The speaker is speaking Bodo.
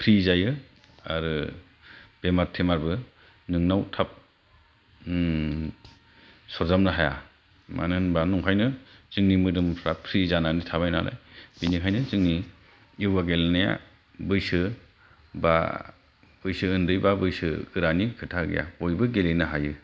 फ्रि जायो आरो बेमार थेमारबो नोंनाव थाब सरजाबनो हाय मानो होनबा जोंनि मोदोमफ्रा फ्रि जानानै थाबाय नालाय बेनिखायनो जोंनि य'गा गेलेनाया बैसो बा बैसो उन्दै बा बैसोगोरानि खोथा गैया बयबो गेलेनो हायो